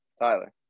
Tyler